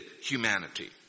humanity